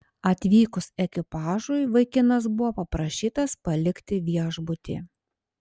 atvykus ekipažui vaikinas buvo paprašytas palikti viešbutį